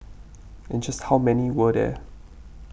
and just how many were there